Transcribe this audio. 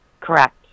correct